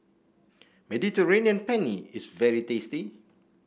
Mediterranean Penne is very tasty